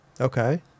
Okay